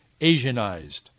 Asianized